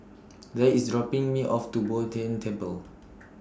Zaid IS dropping Me off At Bo Tien Temple